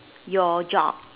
your job